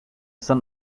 son